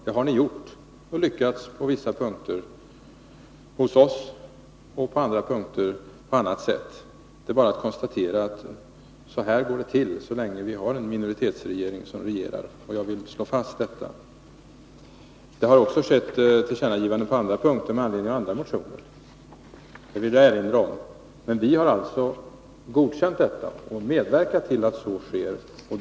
Det har ni gjort och lyckats på vissa punkter — hos oss — och på andra punkter på annat sätt. Det är bara att konstatera att så här går det till så länge vi har en minoritetsregering. Jag vill slå fast detta. Det har också skett tillkännagivanden på andra punkter med anledning av andra motioner. Det vill jag erinra om. Men vi har alltså godkänt detta och medverkat till att så sker.